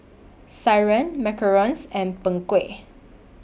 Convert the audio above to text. Sireh Macarons and Png Kueh